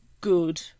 good